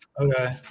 Okay